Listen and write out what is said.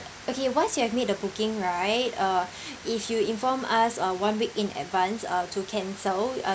okay once you have made the booking right uh if you inform us uh one week in advance uh to cancel uh